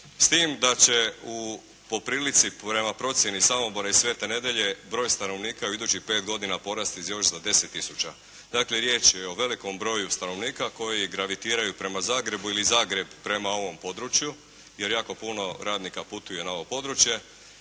S tim da će u po prilici prema procjeni Samobora i Svete Nedjelje broj stanovnika u idućih 5 godini porasti još za 10 tisuća. Dakle riječ je o velikom broju stanovnika koji gravitiraju prema Zagrebu ili Zagreb prema ovom području jer jako puno radnika putuje na ovo područje.